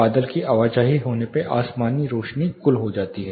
बादल की आवाजाही होने पर आसमानी रोशनी गुल हो जाती है